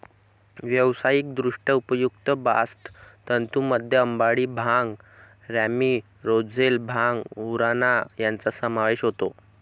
व्यावसायिकदृष्ट्या उपयुक्त बास्ट तंतूंमध्ये अंबाडी, भांग, रॅमी, रोझेल, भांग, उराणा यांचा समावेश होतो